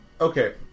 Okay